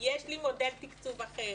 יש לי מודל תקצוב אחר,